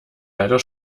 leider